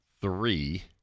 three